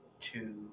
two